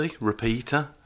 repeater